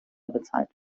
bezahlt